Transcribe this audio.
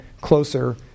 closer